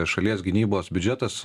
šalies gynybos biudžetas